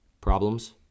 problems